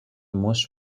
most